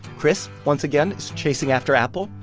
chris, once again, is chasing after apple.